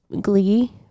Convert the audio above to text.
Glee